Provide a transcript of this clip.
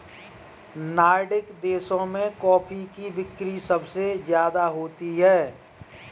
Nordic देशों में coffee की बिक्री सबसे ज्यादा होती है